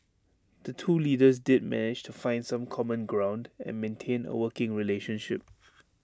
the two leaders did manage to find some common ground and maintain A working relationship